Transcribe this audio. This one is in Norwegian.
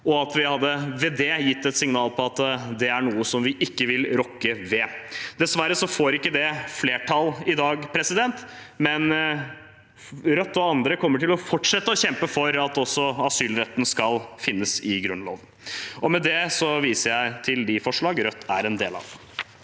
og at vi ved det hadde gitt et signal om at det er noe vi ikke vil rokke ved. Dessverre får det ikke flertall i dag, men Rødt og andre kommer til å fortsette å kjempe for at også asylretten skal finnes i Grunnloven. Med det viser jeg til det forslaget Rødt er en del av.